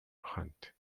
hunt